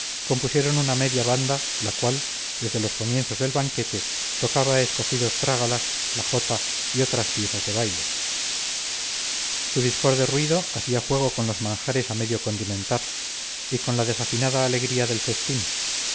compusieron una mediana banda la cual desde los comienzos del banquete tocaba escogidos trágalas la jota y otras piezas de baile su discorde ruido hacía juego con los manjares a medio condimentar y con la desafinada alegría del festín